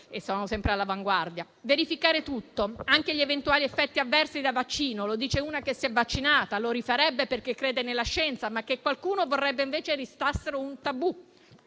e sono sempre all'avanguardia. Occorrerà verificare tutto, anche gli eventuali effetti avversi da vaccino. Lo dice una che si è vaccinata e lo rifarebbe perché crede nella scienza, ma qualcuno vorrebbe che restassero un tabù.